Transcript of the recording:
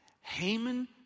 Haman